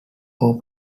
four